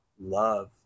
Love